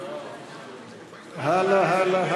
הלאה.